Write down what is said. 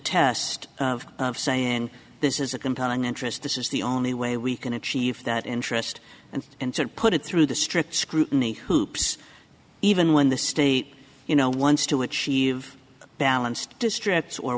test of saying this is a compelling interest this is the only way we can achieve that interest and and sort of put it through the strict scrutiny hoops even when the state you know wants to achieve balanced districts or